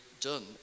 done